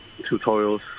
tutorials